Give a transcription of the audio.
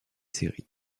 séries